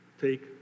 take